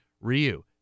Ryu